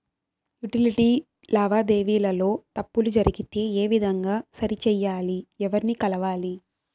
Utility లావాదేవీల లో తప్పులు జరిగితే ఏ విధంగా సరిచెయ్యాలి? ఎవర్ని కలవాలి?